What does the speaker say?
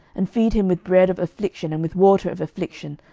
and feed him with bread of affliction and with water of affliction,